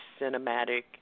cinematic